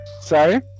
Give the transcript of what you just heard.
Sorry